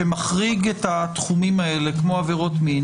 שמחריג את התחומים האלה כמו עבירות מין